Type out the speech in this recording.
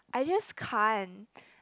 I just can't